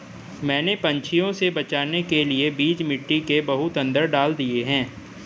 मैंने पंछियों से बचाने के लिए बीज मिट्टी के बहुत अंदर डाल दिए हैं